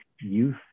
youth